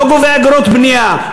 לא גובה אגרות בנייה,